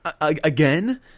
again